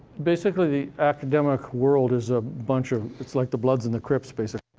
basically, the academic world is a bunch of it's like the bloods and the crips, basically.